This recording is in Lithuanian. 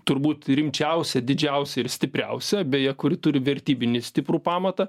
turbūt rimčiausia didžiausia ir stipriausia beje kuri turi vertybinį stiprų pamatą